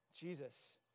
Jesus